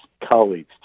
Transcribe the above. colleagues